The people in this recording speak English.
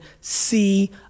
see